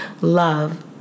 love